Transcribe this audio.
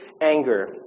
anger